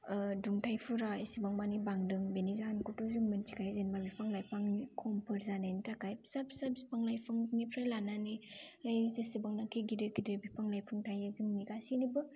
दुंथाइफोरा एसेबां माने बांदों बेनि जाहोनखौथ' जों मोन्थिखायो जेनबा बिफां लाइफां खमफोर जानायनि थाखाय फिसा फिसा बिफां लाइफांनिफ्राय लानानै जेसेबांनाखि गिदिर गिदिर बिफां लाइफां थायो जोंनि गासैनिबो